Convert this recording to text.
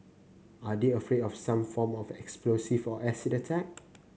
are they afraid of some form of explosive or acid attack